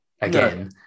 again